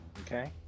Okay